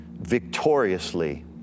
victoriously